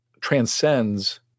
transcends